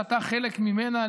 שאתה חלק ממנה,